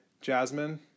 jasmine